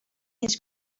his